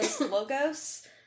logos